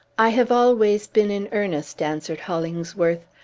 i have always been in earnest, answered hollingsworth.